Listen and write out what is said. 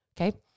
Okay